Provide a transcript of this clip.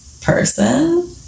person